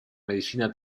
medicina